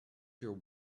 your